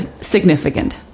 significant